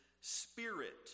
spirit